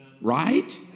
Right